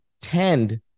tend